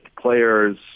players